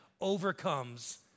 overcomes